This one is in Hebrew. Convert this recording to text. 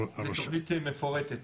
ענת,